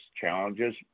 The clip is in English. challenges